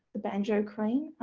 the banjo queen,